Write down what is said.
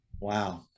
Wow